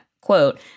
quote